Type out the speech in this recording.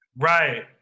Right